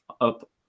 up